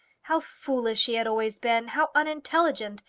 how foolish he had always been, how unintelligent,